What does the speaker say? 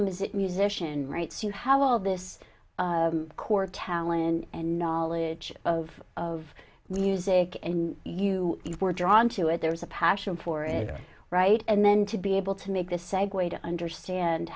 visit musician right so you have all this core talent and knowledge of of music and you were drawn to it there was a passion for it right and then to be able to make this segue to understand